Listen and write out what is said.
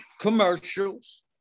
commercials